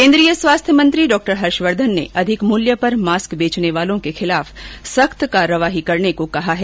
केन्द्रीय स्वास्थ्य मंत्री डॉ हर्षवर्धन ने अधिक मूल्य पर मास्क बेचने वालों के खिलाफ सख्त कार्रवाई करने को कहा है